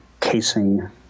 casing